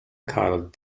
called